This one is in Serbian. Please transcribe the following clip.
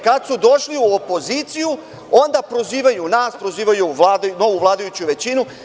Kad su došli u opoziciju, onda prozivaju nas, prozivaju novu vladajuću većinu.